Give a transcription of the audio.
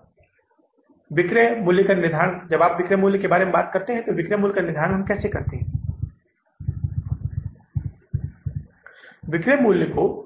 उस अनुसूची से आप जुलाई के महीने के लिए हमारे संग्रह का पता लगा सकते हैं कि 607000 डॉलर कितना है जो आप बिक्री संग्रह अनुसूची